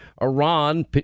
Iran